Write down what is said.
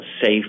safe